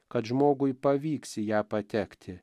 kad žmogui pavyks į ją patekti